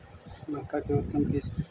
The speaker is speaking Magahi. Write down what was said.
मक्का के उतम किस्म?